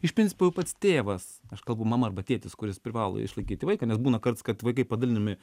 iš principo jau pats tėvas aš kalbu mama arba tėtis kuris privalo išlaikyti vaiką nes būna kartais kad vaikai padalinami